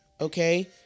okay